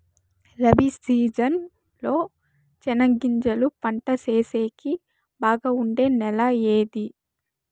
Rabi season లో చెనగగింజలు పంట సేసేకి బాగా ఉండే నెల ఏది?